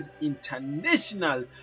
international